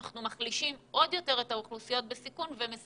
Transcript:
אנחנו מחלישים עוד יותר את האוכלוסיות בסיכון ומסכנים